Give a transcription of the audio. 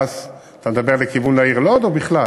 אתה מדבר לכיוון העיר לוד או בכלל?